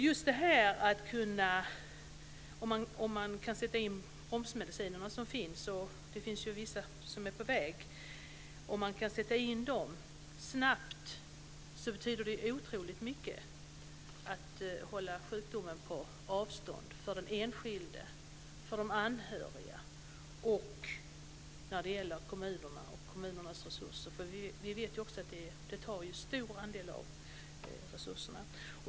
Om man kan sätta in de bromsmediciner som finns snabbt - det finns ju vissa som är på väg - för att kunna hålla sjukdomen på avstånd betyder det otroligt mycket för den enskilde, för de anhöriga och när det gäller kommunerna och kommunernas resurser, för vi vet att detta tar en stor andel av resurserna.